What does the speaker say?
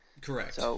Correct